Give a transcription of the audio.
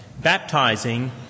baptizing